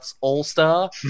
All-Star